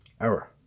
error